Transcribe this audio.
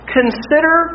consider